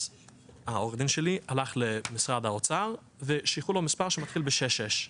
אז עורך הדין שלי הלך למשרד האוצר ושייכו לו מספר שמתחיל ב-66.